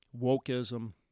wokeism